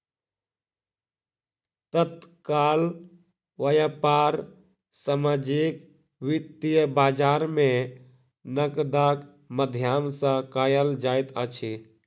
तत्काल व्यापार सामाजिक वित्तीय बजार में नकदक माध्यम सॅ कयल जाइत अछि